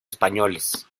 españoles